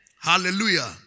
Hallelujah